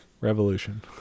revolution